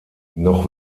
noch